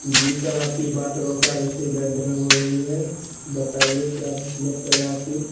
جی sir آپ کی بات روکا ریسٹورینٹ میں ہو رہی ہے بتائیے کیا خدمت کریں آپ کی